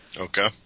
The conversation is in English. Okay